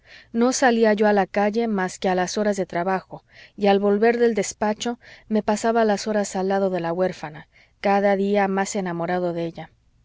no salía yo a la calle más que a las horas de trabajo y al volver del despacho me pasaba las horas al lado de la huérfana cada día más enamorado de ella